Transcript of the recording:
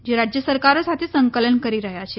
જે રાજય સરકારો સાથે સંકલન કરી રહ્યાં છે